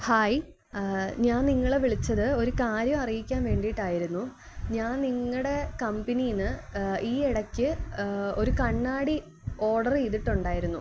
hi ഞാൻ നിങ്ങളെ വിളിച്ചത് ഒരു കാര്യം അറിയിക്കാന് വേണ്ടിയിട്ടായിരുന്നു ഞാൻ നിങ്ങളുടെ കമ്പനിയില്ന്ന് ഈ ഇടയ്ക്ക് ഒരു കണ്ണാടി ഓഡറീയ്തിട്ടുണ്ടായിരുന്നു